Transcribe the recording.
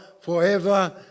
forever